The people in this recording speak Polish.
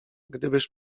gdybyż